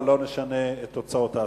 אבל לא נשנה את תוצאות ההצבעה.